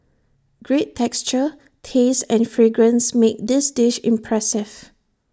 great texture taste and fragrance make this dish impressive